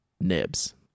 nibs